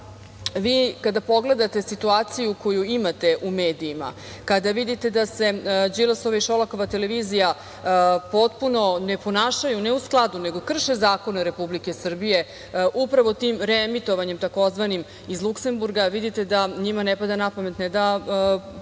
vi kada pogledate situaciju koju imate u medijima, kada vidite da se Đilasova i Šolakova televizija potpuno ne ponašaju ne u skladu nego krše zakone Republike Srbije upravo tim reemitovanjem takozvanim iz Luksemburga, vidite da njima ne pada na pamet ne da poštuju